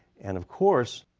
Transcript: and of course,